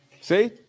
See